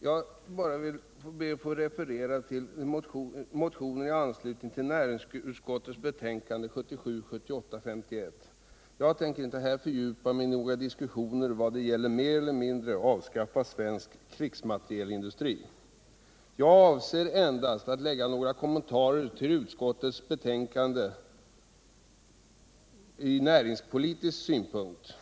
Jag vill bara referera till några motioner som behandlats i näringsutskottets betänkande 1977/78:51. Jag tänker inte fördjupa mig i några diskussioner om att mer eller mindre avskaffa svensk krigsmaterielindustri. Jag avser endast att framföra några kommentarer till utskottets betänkande ur näringspolitisk synpunkt.